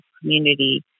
community